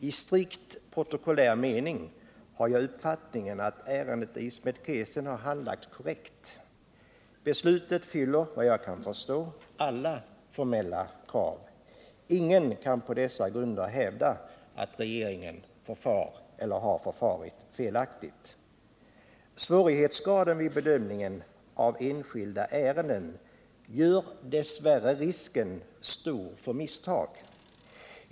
I strikt protokollär mening har jag uppfattningen att ärendet Ismet Kesen har handlagts korrekt. Beslutet fyller såvitt jag kan förstå alla formella krav. Ingen kan på dessa grunder hävda att regeringen förfar eller förfarit felaktigt. Svårighetsgraden gör dessvärre risken för misstag stor vid bedömningen av enskilda ärenden.